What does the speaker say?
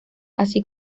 así